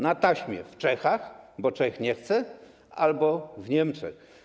Na taśmie w Czechach, bo Czech nie chce, albo w Niemczech.